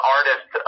Artist